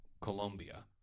colombia